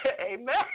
Amen